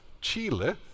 Chile